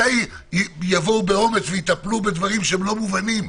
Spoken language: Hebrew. מתי יבואו באומץ ויטפלו בדברים שהם לא מובנים?